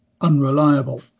unreliable